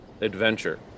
adventure